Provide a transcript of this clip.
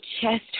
chest